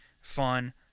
fun